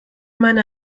meine